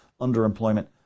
underemployment